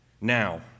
Now